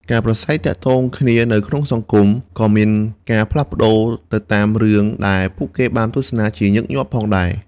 ការប្រាស្រ័យទាក់ទងគ្នានៅក្នុងសង្គមក៏មានការផ្លាស់ប្តូរទៅតាមរឿងដែលពួកគេបានទស្សនាជាញឹកញាប់ផងដែរ។